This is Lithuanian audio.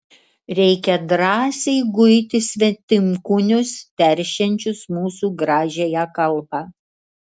reikia drąsiai guiti svetimkūnius teršiančius mūsų gražiąją kalbą